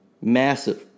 massive